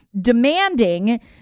demanding